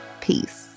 Peace